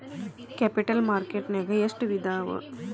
Capital market ನ್ಯಾಗ್ ಎಷ್ಟ್ ವಿಧಾಅವ?